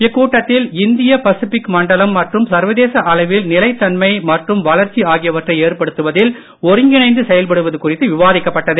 இக்கூட்டத்தில் இந்திய பசுபிக் மண்டலம் மற்றும் சர்வதேச அளவில் நிலைத்தன்மை மற்றும் வளர்ச்சி ஆகியவற்றை ஏற்படுத்துவதில் ஒருங்கிணைந்து செயல்படுவது குறித்து விவாதிக்கப்பட்டது